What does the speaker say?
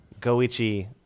Goichi